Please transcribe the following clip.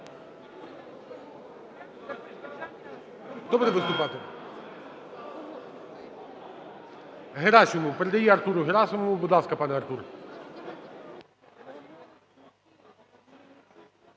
буде виступати? Герасимов. Передає Артуру Герасимову. Будь ласка, пане Артур.